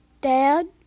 Dad